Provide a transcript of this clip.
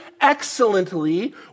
excellently